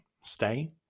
stay